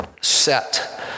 set